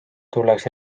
tuleks